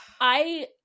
I-